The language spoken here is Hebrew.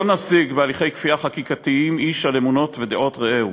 נשיג בהליכי כפייה חקיקתיים איש על אמונות ודעות רעהו